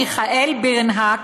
מיכאל בירנהק